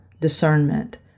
discernment